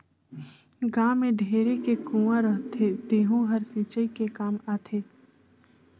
गाँव में ढेरे के कुँआ रहथे तेहूं हर सिंचई के काम आथे